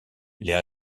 les